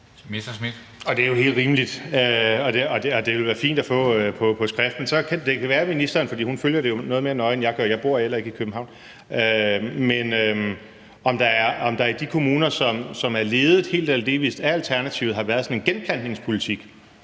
Det er jo helt rimeligt, og det vil være fint at få på skrift. Men det kan være, at ministeren, for hun følger det jo noget mere nøje, end jeg gør – jeg bor heller ikke i København – kan oplyse, om der i de kommuner, som er ledet helt eller delvis af Alternativet, har været sådan en genplantningspolitik,